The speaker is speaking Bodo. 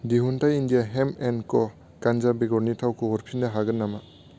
दिहुनथाइ इन्डिया हेम्प एन्ड क' गान्जा बेगरनि थावखौ हरफिन्नो हागोन नामा